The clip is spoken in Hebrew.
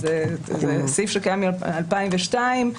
זה סעיף שקיים מ-2002.